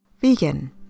Vegan